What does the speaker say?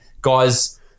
guys